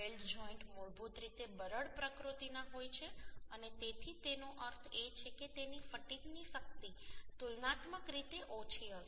weld joint મૂળભૂત રીતે બરડ પ્રકૃતિના હોય છે અને તેથી તેનો અર્થ એ છે કે તેની ફટીગની શક્તિ તુલનાત્મક રીતે ઓછી હશે